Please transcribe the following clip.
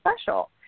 special